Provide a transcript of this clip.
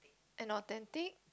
and authentic